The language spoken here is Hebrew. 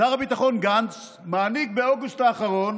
שר הביטחון גנץ העניק באוגוסט האחרון